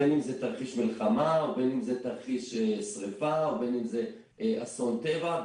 בין אם זה תרחיש מלחמה ובין אם זה תרחיש שריפה ובין אם זה אסון טבע.